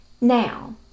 Now